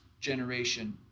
generation